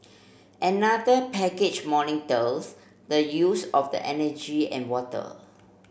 another package monitors the use of the energy and water